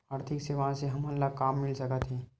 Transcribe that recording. आर्थिक सेवाएं से हमन ला का मिल सकत हे?